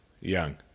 young